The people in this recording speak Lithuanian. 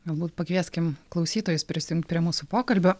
galbūt pakvieskim klausytojus prisijungt prie mūsų pokalbio